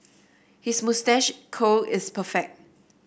his moustache curl is perfect